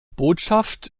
botschaft